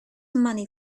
money